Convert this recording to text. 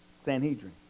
Sanhedrin